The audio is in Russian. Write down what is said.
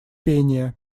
пение